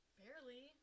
barely